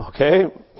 Okay